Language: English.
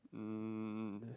um